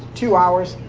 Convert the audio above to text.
two hours.